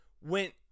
went